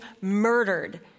murdered